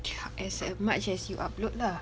as much as you upload lah